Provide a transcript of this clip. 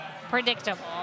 predictable